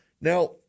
Now